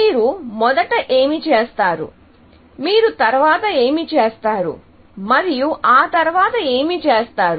మీరు మొదట ఏమి చేస్తారు మీరు తరువాత ఏమి చేస్తారు మరియు ఆ తర్వాత మీరు ఏమి చేస్తారు